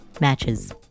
matches